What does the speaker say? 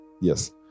yes